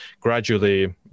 gradually